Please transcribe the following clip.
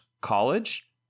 college